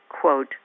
quote